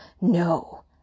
No